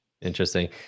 interesting